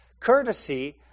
courtesy